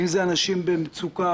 אנשים במצוקה,